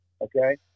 okay